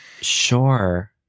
Sure